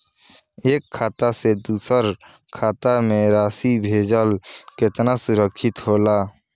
एक खाता से दूसर खाता में राशि भेजल केतना सुरक्षित रहेला?